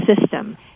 system